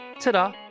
Ta-da